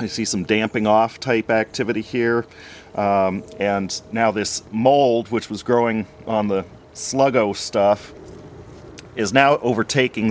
i see some damping off type activity here and now this mold which was growing on the sluggo stuff is now overtaking